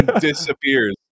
disappears